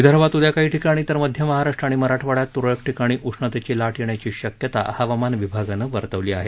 विदर्भात उदया काही ठिकाणी तर मध्य महाराष्ट्र आणि मराठवाड्यात त्रळक ठिकाणी उष्णतेची लाट येण्याची शक्यता हवामान विभागानं वर्तवली आहे